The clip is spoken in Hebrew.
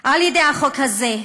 על-ידי החוק הזה.